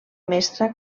mestra